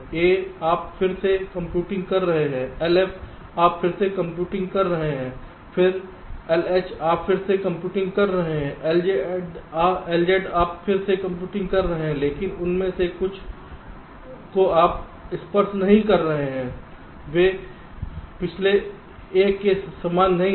A आप फिर से कंप्यूटिंग कर रहे हैं LF आप फिर से कंप्यूटिंग कर रहे हैं फिर LH आप फिर से कंप्यूटिंग कर रहे हैं LZ आप फिर से कंप्यूटिंग कर रहे हैं लेकिन उनमें से कुछ आप स्पर्श नहीं कर रहे हैं वे पिछले एक के समान ही हैं